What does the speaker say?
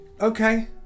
okay